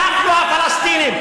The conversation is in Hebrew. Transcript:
אנחנו הפלסטינים.